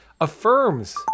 affirms